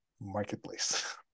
marketplace